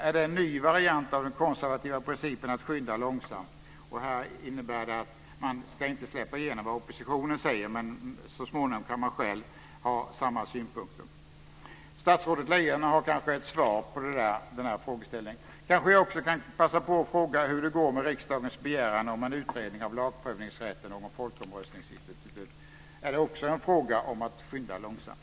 Är det en ny variant av den konservativa principen att skynda långsamt? Här innebär det att man inte ska släppa igenom vad oppositionen säger, men så småningom kan man själv ha samma synpunkter. Statsrådet Lejon har kanske ett svar på denna frågeställning? Kanske jag också kan passa på att fråga hur det går med riksdagens begäran om en utredning av lagprövningsrätten och om folkomröstningsinstitutet. Är det också en fråga om att skynda långsamt?